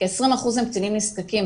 כ-20% הם קטינים נזקקים,